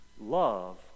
Love